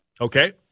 Okay